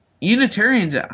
Unitarians